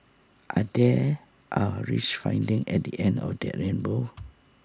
and there are rich findings at the end of that rainbow